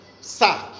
Sir